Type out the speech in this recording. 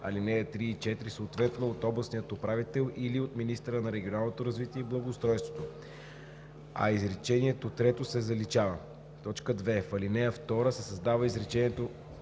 ал. 3 и 4 – съответно от областния управител или от министъра на регионалното развитие и благоустройството“, а изречение трето се заличава. 2. В ал. 2 се създава изречение